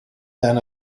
than